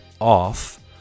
off